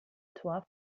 torf